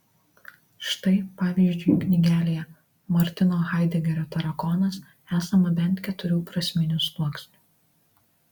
štai pavyzdžiui knygelėje martino haidegerio tarakonas esama bent keturių prasminių sluoksnių